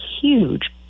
huge